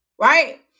Right